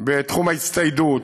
בתחום ההצטיידות,